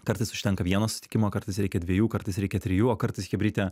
kartais užtenka vieno susitikimo kartais reikia dviejų kartais reikia trijų o kartais chebryte